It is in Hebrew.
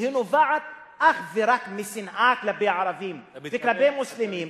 שנובעת אך ורק משנאה כלפי הערבים וכלפי מוסלמים,